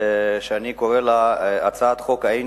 שאני קורא לה "הצעת חוק האנג'לים",